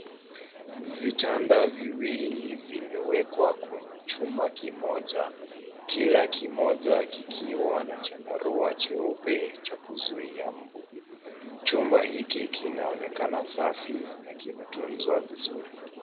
Vitanda viwili vimewekwa kwenye chumba kimoja kila kimoja kikiwa na chandarua jeupe na neti ya kuzuia mbu . Chumba hiki kinaonekana Safi na kimetunzwa vizuri.